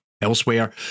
elsewhere